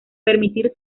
permitir